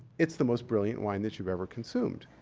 it's the most brilliant wine that you've ever consumed.